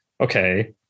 okay